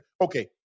okay